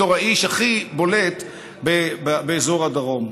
בתור האיש הכי בולט באזור הדרום.